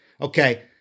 Okay